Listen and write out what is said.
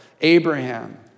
Abraham